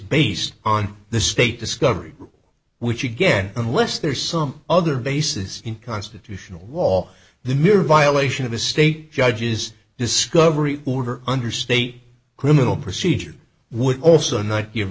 based on the state discovery which again unless there's some other bases in constitutional law the mere violation of a state judge's discovery order under state criminal procedure would also not give